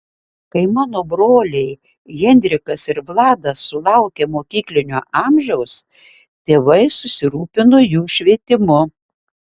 kai mano broliai henrikas ir vladas sulaukė mokyklinio amžiaus tėvai susirūpino jų švietimu